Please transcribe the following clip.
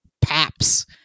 paps